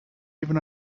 even